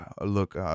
Look